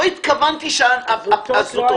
לא התכוונתי שזה זוטות.